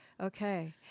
Okay